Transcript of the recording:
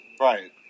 Right